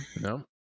no